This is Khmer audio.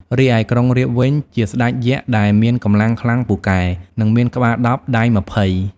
រីឯក្រុងរាពណ៍វិញ ជាស្ដេចយក្សដែលមានកម្លាំងខ្លាំងពូកែ និងមានក្បាលដប់ ដៃម្ភៃ ។